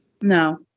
No